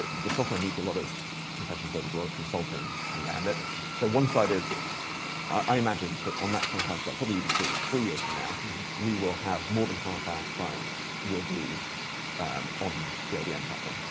the software needs a lot of professional service, a lot of consulting around it, so one side is i imagine that on that kind of time scale probably even sooner, three years from now we will have more than half our clients will be um on the odm platform.